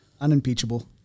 Unimpeachable